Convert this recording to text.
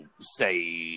say